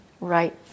right